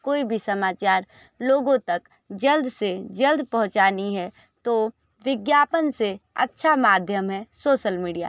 कोई भी समाचार लोगों तक जल्द से जल्द पहुंचानी है तो विज्ञापन से अच्छा माध्यम है सोशल मीडिया